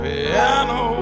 Piano